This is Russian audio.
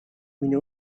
меня